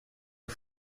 you